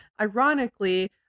ironically